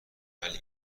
ولی